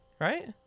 right